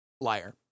Liar